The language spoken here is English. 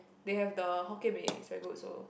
they have the Hokkien new is very good also